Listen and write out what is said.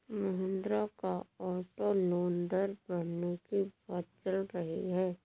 महिंद्रा का auto loan दर बढ़ने की बात चल रही है